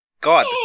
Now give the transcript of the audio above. God